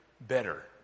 better